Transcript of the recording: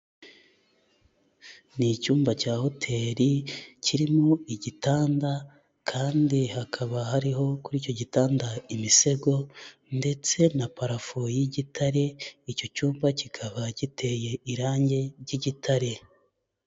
Ni icyumba cya hoteri, kirimo igitanda kandi hakaba hariho kuri icyo gitanda imisego, ndetse na parafo y'igitare, icyo cyumba kikaba giteye irangi ry'igitare.